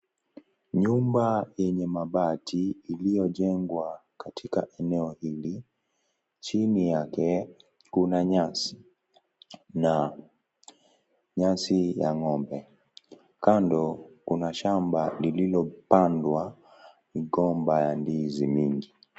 Nyumba yenye mabati iliyojengwa katika eneo hili. Chini yake kuna nyasi na nyasi ya ng'ombe. Kando kuna shamba lililopandwa mgomba ya ndizi mingi.